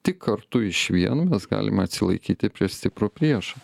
tik kartu išvien mes galime atsilaikyti prieš stiprų priešą